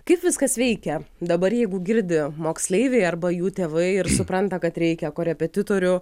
kaip viskas veikia dabar jeigu girdi moksleiviai arba jų tėvai ir supranta kad reikia korepetitorių